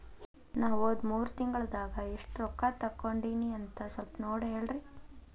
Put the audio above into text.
ನಾ ಹೋದ ಮೂರು ತಿಂಗಳದಾಗ ಎಷ್ಟು ರೊಕ್ಕಾ ತಕ್ಕೊಂಡೇನಿ ಅಂತ ಸಲ್ಪ ನೋಡ ಹೇಳ್ರಿ